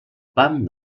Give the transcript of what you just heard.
pam